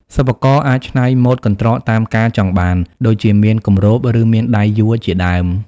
សិប្បករអាចច្នៃម៉ូដកន្ត្រកតាមការចង់បាន ដូចជាមានគម្រប ឬមានដៃយួរជាដើម។